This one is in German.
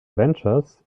ventures